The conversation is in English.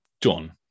done